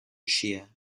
sheer